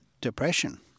depression